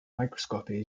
microscopy